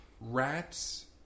Rats